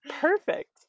Perfect